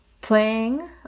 playing